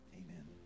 Amen